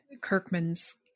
Kirkman's